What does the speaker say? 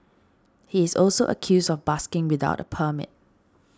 he is also accused of busking without a permit